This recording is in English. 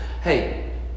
Hey